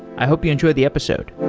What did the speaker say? i hope you enjoy the episode.